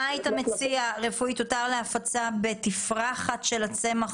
מה היית מציע: יותר להפצה בתפרחת של הצמח